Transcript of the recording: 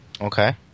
okay